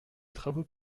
travaux